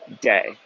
day